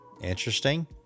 interesting